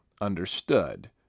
understood